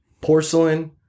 porcelain